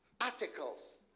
articles